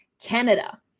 Canada